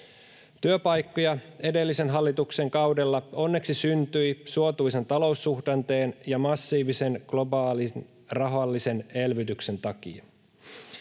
Työpaikkoja edellisen hallituksen kaudella onneksi syntyi suotuisan taloussuhdanteen ja massiivisen globaalin rahallisen elvytyksen takia.